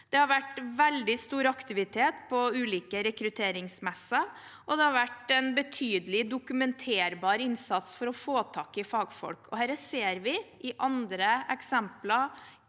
Det har vært veldig stor aktivitet på ulike rekrutteringsmesser, og det har vært en betydelig dokumenterbar innsats for å få tak i fagfolk. Vi ser også i andre eksempler